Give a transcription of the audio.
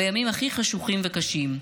בימים הכי חשוכים וקשים,